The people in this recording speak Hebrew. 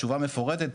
תשובה מפורטת,